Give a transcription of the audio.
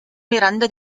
miranda